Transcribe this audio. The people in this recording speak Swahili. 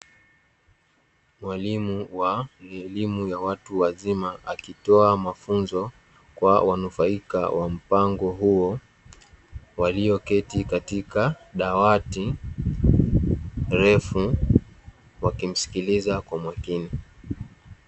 Mwalimu wa elimu ya watu wazima, akitoa mafunzo kwa wanufaika wa mpango huo, walioketi katika dawati refu, wakimsikiliza kwa makini.